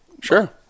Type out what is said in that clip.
sure